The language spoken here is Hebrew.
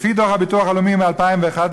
לפי דוח הביטוח הלאומי מ-2011,